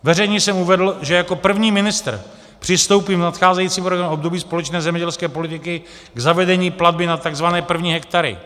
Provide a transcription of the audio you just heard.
Veřejně jsem uvedl, že jako první ministr přistoupím v nadcházejícím programovém období společné zemědělské politiky k zavedení platby na tzv. první hektary.